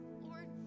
Lord